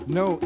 no